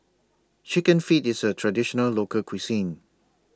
Chicken Feet IS A Traditional Local Cuisine